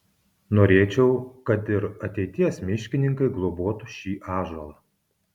norėčiau kad ir ateities miškininkai globotų šį ąžuolą